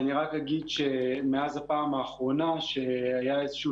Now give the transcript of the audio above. אני רק אגיד שמאז הפעם האחרונה שהיה איזשהו